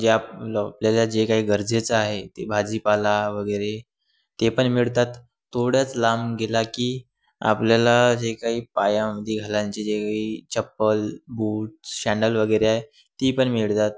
जे आपलं आपल्याला जे काही गरजेचं आहे ते भाजीपाला वगैरे ते पण मिळतात थोड्याच लांब गेला की आपल्याला जे काही पायामध्ये घालायचे जे चप्पल बूट शँडल वगैरे आहे ती पण मिळतात